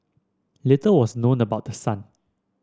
little was known about the son